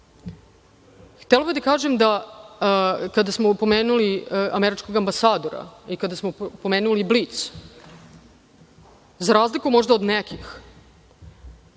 bih da kažem da, kada smo pomenuli američkog ambasadora i kada smo pomenuli Blic, za razliku možda od nekih,